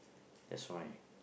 that's why